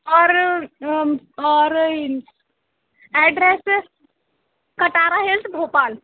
और और address Katara health Bhopal